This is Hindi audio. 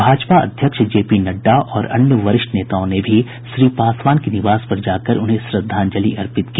भाजपा अध्यक्ष जगत प्रकाश नड्डा और अन्य वरिष्ठ नेताओं ने भी श्री पासवान के निवास पर जाकर उन्हें श्रद्धांजलि अर्पित की